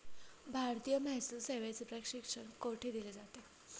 भारतीय महसूल सेवेचे प्रशिक्षण कोठे दिलं जातं?